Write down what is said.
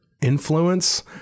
influence